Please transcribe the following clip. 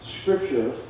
scripture